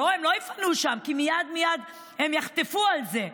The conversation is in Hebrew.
לא, הם לא יפנו שם, כי מייד מייד הם יחטפו על זה.